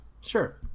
sure